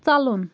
ژلُن